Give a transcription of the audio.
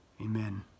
Amen